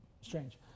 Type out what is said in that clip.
strange